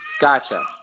Gotcha